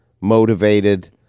motivated